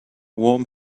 warm